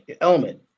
element